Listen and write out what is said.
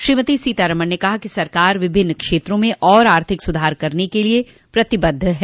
श्रोमती सीतारमन ने कहा कि सरकार विभिन्न क्षेत्रों में और आर्थिक सुधार करने के लिए प्रतिबद्ध है